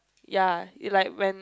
ya you like when